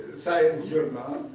science journal,